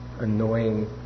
annoying